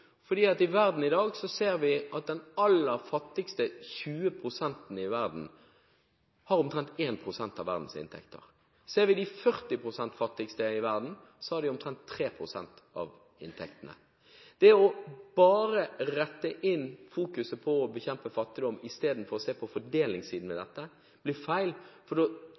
fordi i verden i dag ser vi at de aller fattigste 20 pst. i verden har omtrent 1 pst. av verdens inntekter. Ser vi de 40 pst. fattigste i verden, har de omtrent 3 pst. av inntektene. Å rette fokus bare mot å bekjempe fattigdom istedenfor å se på fordelingssiden ved dette blir feil, for da sørger man ikke for at folk får en inntekt og fortsetter å